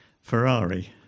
Ferrari